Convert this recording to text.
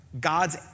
God's